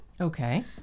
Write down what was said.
Okay